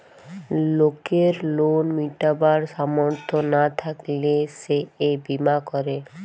লোকের লোন মিটাবার সামর্থ না থাকলে সে এই বীমা করে